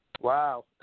Wow